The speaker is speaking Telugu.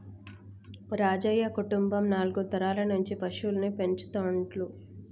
రాజయ్య కుటుంబం నాలుగు తరాల నుంచి పశువుల్ని పెంచుతుండ్లు